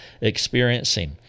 experiencing